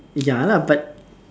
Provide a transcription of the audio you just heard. ya lah but